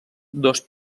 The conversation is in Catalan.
dos